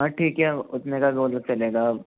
हाँ ठीक है उसमें का भी हो तो चलेगा अब